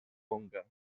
conca